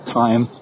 time